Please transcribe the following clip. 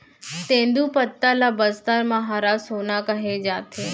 तेंदूपत्ता ल बस्तर म हरा सोना कहे जाथे